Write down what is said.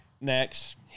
next